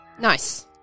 Nice